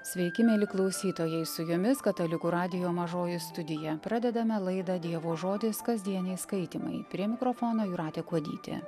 sveiki mieli klausytojai su jumis katalikų radijo mažoji studija pradedame laidą dievo žodis kasdieniai skaitymai prie mikrofono jūratė kuodytė